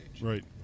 right